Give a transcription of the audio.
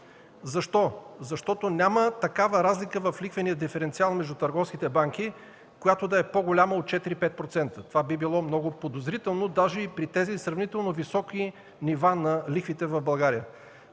Защо? Защото няма такава разлика в лихвения диференциал между търговските банки, която да е по-голяма от 4-5%. Това би било много подозрително, даже и при тези сравнително високи нива на лихвите в България.